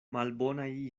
malbonaj